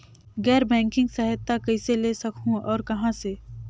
गैर बैंकिंग सहायता कइसे ले सकहुं और कहाँ से?